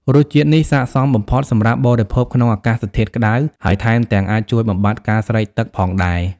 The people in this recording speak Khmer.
រសជាតិនេះស័ក្តិសមបំផុតសម្រាប់បរិភោគក្នុងអាកាសធាតុក្ដៅ ហើយថែមទាំងអាចជួយបំបាត់ការស្រេកទឹកផងដែរ។